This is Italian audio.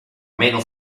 meno